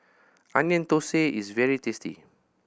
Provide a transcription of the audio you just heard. Onion Thosai is very tasty